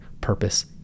purpose